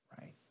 right